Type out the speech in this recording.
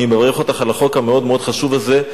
אני מברך אותך על החוק המאוד-מאוד חשוב הזה,